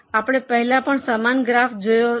આપણે પહેલા પણ સમાન ગ્રાફ જોયો છે